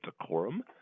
decorum